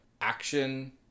action